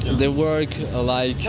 they work ah like